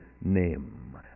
name